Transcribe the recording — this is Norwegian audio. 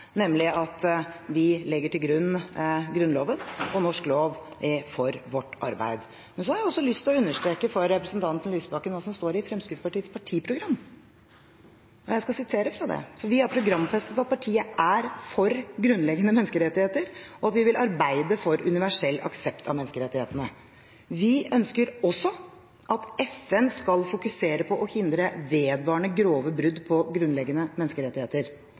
nemlig at vi legger til grunn Grunnloven og norsk lov for vårt arbeid. Så har jeg lyst til å understreke for representanten Lysbakken hva som står i Fremskrittspartiets partiprogram. Jeg skal sitere fra det, for vi har programfestet at partiet er for grunnleggende menneskerettigheter, og at vi vil arbeide «for universell aksept av menneskerettighetene». Vi ønsker også at FN skal fokusere på og «hindre vedvarende grove brudd på grunnleggende menneskerettigheter».